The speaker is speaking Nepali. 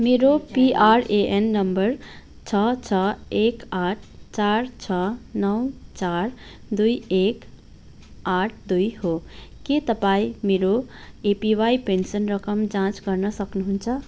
मेरो पिआरएएन नम्बर छ छ एक आठ चार छ नौ चार दुई एक आठ दुई हो के तपाईँ मेरो एपिवाई पेन्सन रकम जाँच गर्न सक्नुहुन्छ